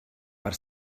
per